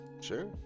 Sure